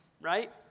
Right